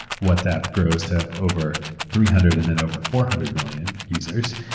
whatsapp grows to over three hundred and then over four hundred million users.